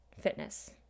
fitness